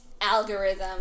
algorithm